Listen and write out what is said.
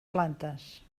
plantes